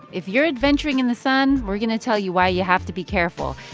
if you're adventuring in the sun, we're going to tell you why you have to be careful.